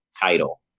title